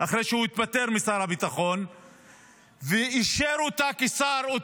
אחרי שהוא התפטר מתפקידו כשר ביטחון,